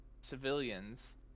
civilians